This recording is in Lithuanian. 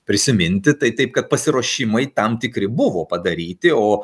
prisiminti tai taip kad pasiruošimai tam tikri buvo padaryti o